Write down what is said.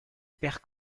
perd